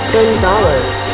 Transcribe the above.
Gonzalez